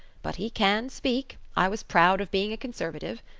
but he can speak. i was proud of being a conservative.